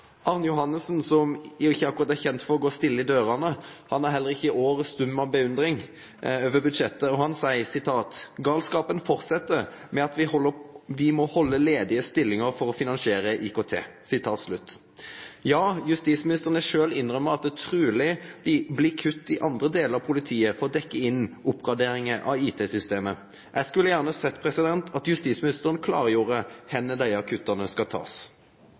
Arne Johannessen, som ikke akkurat er kjent for å gå stille i dørene, er heller ikke i år stum av beundring over budsjettet. Han sier: «Dermed fortsetter galskapen med at vi må holde ledige stillinger for å finansiere IKT.» Ja, justisministeren har selv innrømmet at det trolig blir kutt i andre deler av politiet for å dekke inn oppgraderinger av IT-systemet. Jeg hadde gjerne sett at justisministeren klargjorde hvor disse kuttene skal tas.